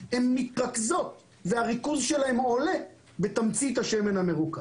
הן מתרכזות והריכוז שלהן עולה בתמצית השמן המרוכז.